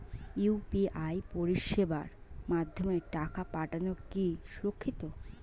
UPI পরিষেবার মাধ্যমে টাকা পাঠানো কি সুরক্ষিত?